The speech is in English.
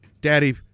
Daddy